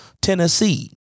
tennessee